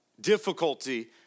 difficulty